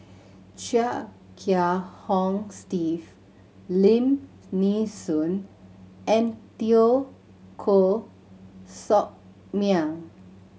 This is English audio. Chia Kiah Hong Steve Lim Nee Soon and Teo Koh Sock Miang